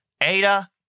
Ada